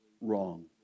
wrong